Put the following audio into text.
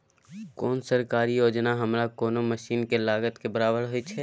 कोन सरकारी योजना हमरा कोनो मसीन के लागत के बराबर होय छै?